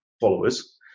followers